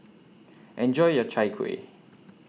Enjoy your Chai Kuih